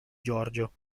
giorgio